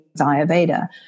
ayurveda